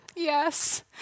Yes